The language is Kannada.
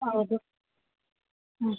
ಹೌದು ಹ್ಞೂ